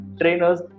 trainers